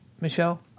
Michelle